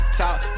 talk